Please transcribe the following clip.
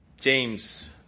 James